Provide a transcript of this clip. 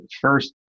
first